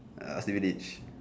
uh